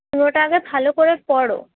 পুরোটা আগে ভালো করে পড়ো